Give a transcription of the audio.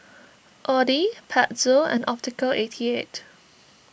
Audi Pezzo and Optical eighty eight